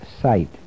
sight